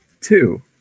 two